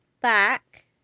back